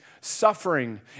Suffering